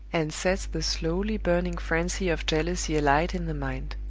and sets the slowly burning frenzy of jealousy alight in the mind.